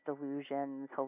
delusions